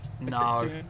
No